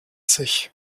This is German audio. sich